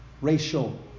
Racial